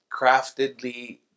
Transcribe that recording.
craftedly